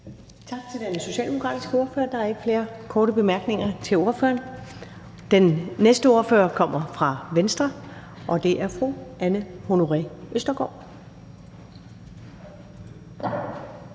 Tak til den socialdemokratiske ordfører. Der er ikke flere korte bemærkninger til ordføreren. Den næste ordfører kommer fra Venstre, og det er fru Anne Honoré Østergaard.